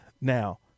now